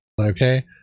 Okay